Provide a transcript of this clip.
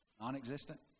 Non-existent